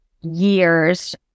years